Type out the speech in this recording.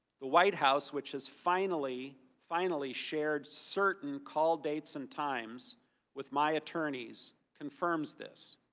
the white house, which is finally, finally shared certain call dates and times with my attorneys confirms this.